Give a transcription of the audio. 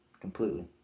completely